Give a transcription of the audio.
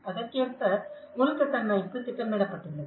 அதற்கேற்ப உள்கட்டமைப்பு திட்டமிடப்பட்டுள்ளது